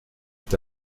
est